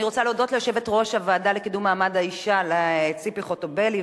אני רוצה להודות ליושבת-ראש הוועדה לקידום מעמד האשה ציפי חוטובלי,